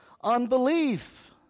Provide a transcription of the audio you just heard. unbelief